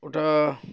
ওটা